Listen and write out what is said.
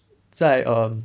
在 err